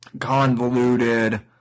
convoluted